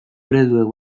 ereduek